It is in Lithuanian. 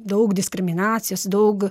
daug diskriminacijos daug